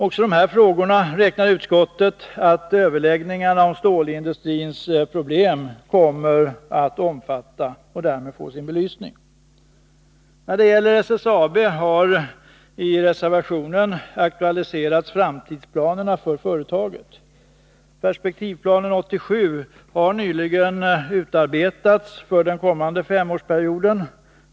Också dessa frågor räknar utskottet med att överläggningarna om stålindustrins problem kommer att omfatta, och de kommer därmed att få sin belysning. När det gäller SSAB har framtidsplanerna för företaget aktualiserats i reservationen. Perspektivplanen 87 har nyligen utarbetats för den komman de femårsperioden.